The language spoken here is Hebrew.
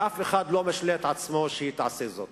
ואף אחד לא משלה את עצמו שהיא תעשה את זה.